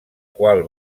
qual